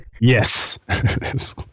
Yes